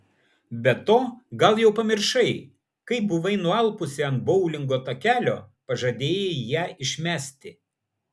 be to gal jau pamiršai kai buvai nualpusi ant boulingo takelio pažadėjai ją išmesti